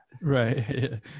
Right